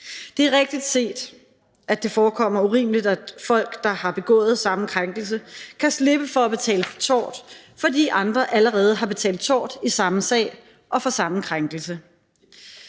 Det er rigtigt set, at det forekommer urimeligt, at folk, der har begået samme krænkelse, kan slippe for at betale tort, fordi andre allerede har betalt tort i samme sag og for samme krænkelse.